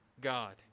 God